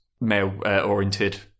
male-oriented